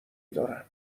دارن